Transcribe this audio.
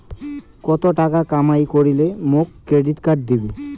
কত টাকা কামাই করিলে মোক ক্রেডিট কার্ড দিবে?